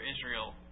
Israel